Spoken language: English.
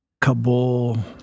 Kabul